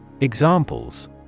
Examples